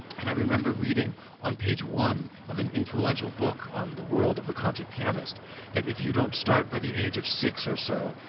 and i remember reading on page one of an influential book on the world of the concert pianists that if you don't start by the age of six or so,